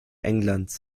englands